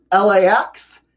LAX